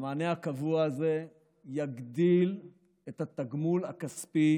המענה הקבוע הזה יגדיל את התגמול הכספי